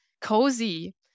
cozy